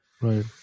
Right